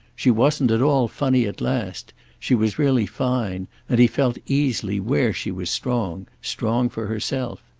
she wasn't at all funny at last she was really fine and he felt easily where she was strong strong for herself.